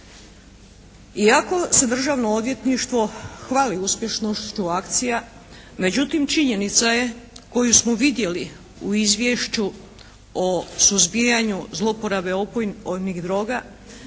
Iako se Državno odvjetništvo hvali uspješnošću akcija, međutim činjenica je koju smo vidjeli u Izvješću o suzbijanju zlouporabe opojnih droga,